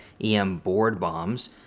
EMBoardBombs